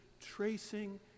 tracing